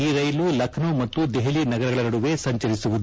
ಈ ರೈಲು ಲಖನೌ ಮತ್ತು ದೆಹಲಿ ನಗರಗಳ ನಡುವೆ ಸಂಚರಿಸುತ್ತದೆ